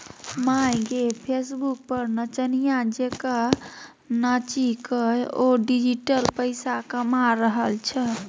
माय गे फेसबुक पर नचनिया जेंका नाचिकए ओ डिजिटल पैसा कमा रहल छै